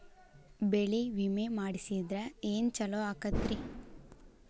ಬೆಳಿ ವಿಮೆ ಮಾಡಿಸಿದ್ರ ಏನ್ ಛಲೋ ಆಕತ್ರಿ?